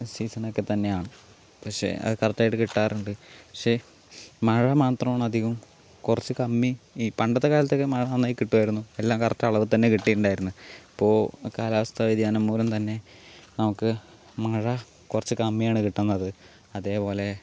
season ഒക്കെ തന്നെയാണ് പക്ഷേ അത് കറക്ട് ആയിട്ട് കിട്ടാറുണ്ട് പക്ഷേ മഴ മാത്രമാണ് അധികവും കുറച്ചു കമ്മി പണ്ടത്തെ കാലത്തൊക്കെ മഴ നന്നായി കിട്ടുമായിരുന്നു എല്ലാം കറക്ട് അളവിൽ തന്നെ കിട്ടിയിട്ടുണ്ടായിരുന്നു ഇപ്പോൾ കാലാവസ്ഥ വ്യതിയാനം മൂലം തന്നെ നമുക്ക് മഴ കുറച്ച് കമ്മിയാണ് കിട്ടുന്നത് അതേപോലെ